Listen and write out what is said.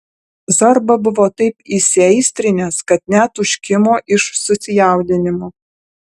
zorba buvo taip įsiaistrinęs kad net užkimo iš susijaudinimo